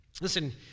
Listen